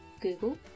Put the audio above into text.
google